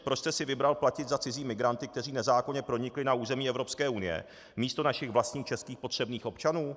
Proč jste si vybral platit za cizí migranty, kteří nezákonně pronikli na území Evropské unie, místo našich vlastních českých potřebných občanů?